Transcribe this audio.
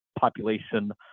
population